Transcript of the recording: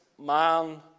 man